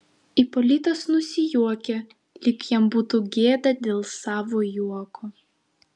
ipolitas nusijuokė lyg jam būtų gėda dėl savo juoko